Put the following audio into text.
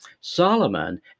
solomon